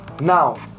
now